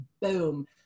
boom